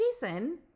Jason